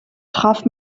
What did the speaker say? traf